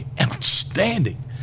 outstanding